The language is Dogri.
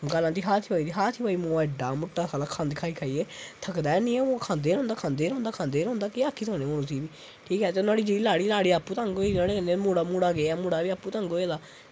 गल्ल आंदी हर्ष भाई दी हर्ष भाई मोआ इन्ना मुट्टा थकदा ऐनी ओह् खंदे रौहंदा खंदे रौहंदा केह् आक्खी सकने तुस उसी गी बी ते ठीक ते नुहाड़ी जेह्ड़ी लाड़ी लाड़ी आपूं बी तंग होआ ते मुड़ा गेआ आपूं बी